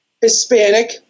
Hispanic